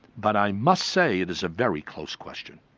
but i must say it is a very close question.